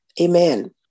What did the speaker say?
Amen